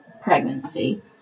pregnancy